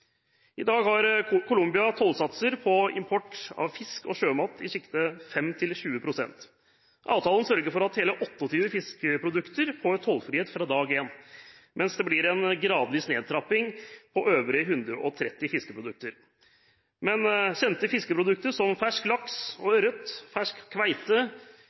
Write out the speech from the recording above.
I dag har Colombia tollsatser på import av fisk og sjømat i sjiktet 5–20 pst. Avtalen sørger for at hele 28 fiskeprodukter får tollfrihet fra dag én, mens det blir en gradvis nedtrapping på 130 andre fiskeprodukter. Kjente fiskeprodukter som fersk laks og ørret, fersk kveite,